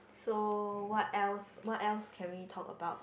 so what else what else can we talk about